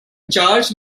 charge